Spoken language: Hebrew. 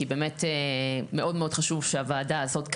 כי באמת מאוד מאוד חשוב שהוועדה הזאת,